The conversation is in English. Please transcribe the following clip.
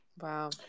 Wow